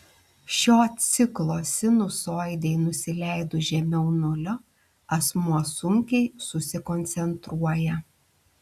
šio ciklo sinusoidei nusileidus žemiau nulio asmuo sunkiai susikoncentruoja